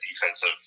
defensive